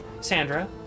Sandra